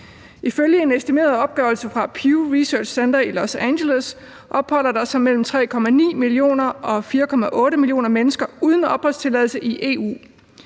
Ifølge en estimeret opgørelse fra Pew Research Center i Los Angeles opholder der sig mellem 3,9 millioner og 4,8 millioner mennesker uden opholdstilladelse i EU.